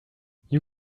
you